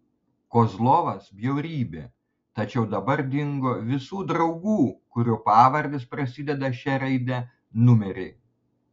kozlovas bjaurybė tačiau dabar dingo visų draugų kurių pavardės prasideda šia raide numeriai